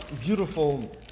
beautiful